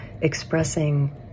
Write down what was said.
expressing